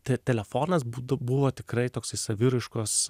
telefonas buvo tikrai toksai saviraiškos